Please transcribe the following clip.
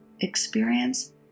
experience